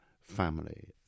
family